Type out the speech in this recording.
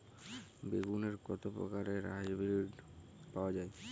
বেগুনের কত প্রকারের হাইব্রীড পাওয়া যায়?